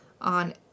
on